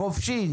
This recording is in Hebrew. חופשי.